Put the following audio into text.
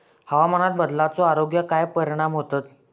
हवामान बदलाचो आरोग्याक काय परिणाम होतत?